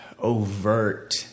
overt